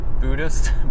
buddhist